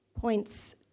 points